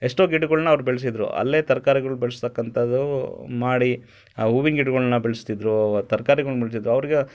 ಎಷ್ಟೋ ಗಿಡ್ಗಳ್ನ ಅವ್ರು ಬೆಳೆಸಿದ್ರು ಅಲ್ಲೇ ತರ್ಕಾರಿಗಳು ಬೆಳ್ಸ್ತಕ್ಕಂತಾದ್ದು ಮಾಡಿ ಆ ಹೂವಿನ್ ಗಿಡ್ಗಳ್ನ ಬೆಳೆಸ್ತಿದ್ರು ತರ್ಕಾರಿಗಳ್ನ ಬೆಳ್ಸಿದ್ರು ಅವ್ರಿಗೆ